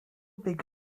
pick